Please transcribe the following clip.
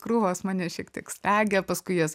krūvos mane šiek tiek slegia paskui jas